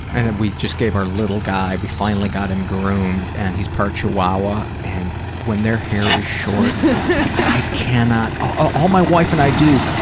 and we just gave our little guy, we finally got him groomed and he's part chihuahua and when they're hair is short i cannot, all my wife and i do,